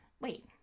Wait